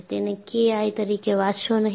તેને કે આઈ તરીકે વાંચશો નહીં